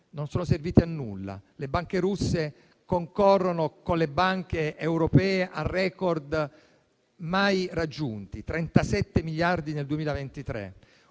Non è servito a nulla. Le banche russe concorrono con le banche europee a *record* mai raggiunti: 37 miliardi nel 2023.